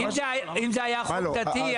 אם זה היה חוק דתי,